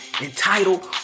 entitled